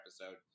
episode